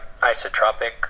isotropic